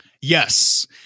Yes